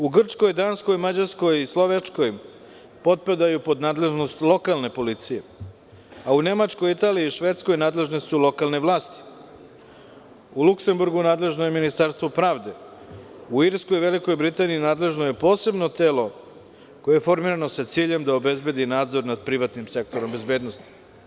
U Grčkoj, Danskoj, Mađarskoj i Slovačkoj potpadaju pod nadležnost lokalne policije, a u Nemačkoj, Italiji i Švedskoj nadležne su lokalne vlasti, u Luksemburgu je nadležno Ministarstvo pravde, u Irskoj i Velikoj Britaniji nadležno je posebno telo koje je formirano sa ciljem da obezbedi nadzor nad privatnim sektorom bezbednosti.